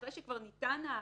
אחרי שכבר ניתן הגט.